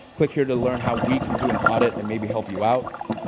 click here to learn how we can do an audit and maybe help you out,